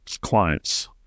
clients